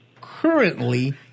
currently